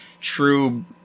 true